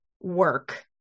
work